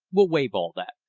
we'll waive all that.